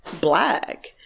Black